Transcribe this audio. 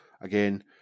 Again